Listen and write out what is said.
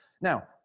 now